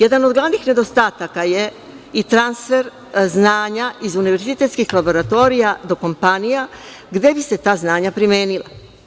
Jedan od glavnih nedostataka je i transfer znanja iz univerzitetskih laboratorija do kompanija gde bi se ta znanja primenila.